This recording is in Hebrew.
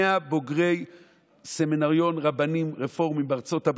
100 בוגרי סמינריון רבנים רפורמים בארצות הברית,